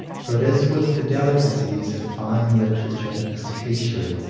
for it is with the delicacies of fine literature especially,